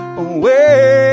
away